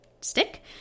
stick